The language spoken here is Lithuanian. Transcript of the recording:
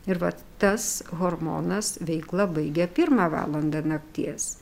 ir vat tas hormonas veiklą baigia pirmą valandą nakties